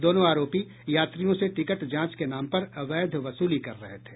दोनों आरोपी यात्रियों से टिकट जांच के नाम पर अवैध वसूली कर रहे थे